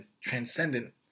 transcendent